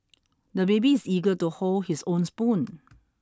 the baby is eager to hold his own spoon